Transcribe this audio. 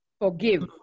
forgive